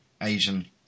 Asian